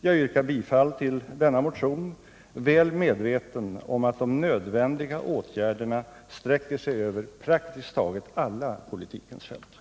Jag yrkar bifall till denna motion, väl medveten om att de nödvändiga åtgärderna sträcker sig över praktiskt taget alla politikens fält.